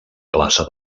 plaça